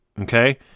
Okay